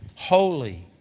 holy